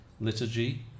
liturgy